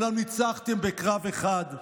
אומנם ניצחתם בקרב אחד,